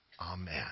Amen